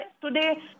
today